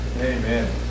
Amen